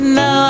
no